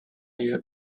you